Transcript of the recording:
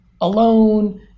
alone